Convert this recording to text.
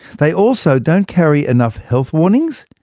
they also don't carry enough health warnings,